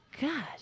God